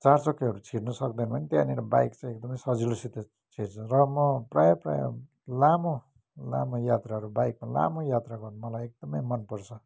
चार चक्केहरू छिर्नु सक्दैन भने पनि त्यहाँनिर बाइक चाहिँ एकदमै सजिलोसित छिर्छ र म प्रायः प्रायः लामो लामो यात्राहरू बाइकमा लामो यात्रा गर्नु मलाई एकदमै मनपर्छ